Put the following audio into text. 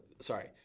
Sorry